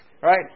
right